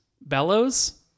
Bellows